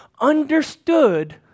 understood